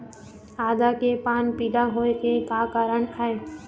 आदा के पान पिला होय के का कारण ये?